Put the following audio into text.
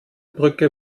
brücke